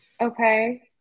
Okay